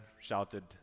shouted